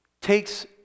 takes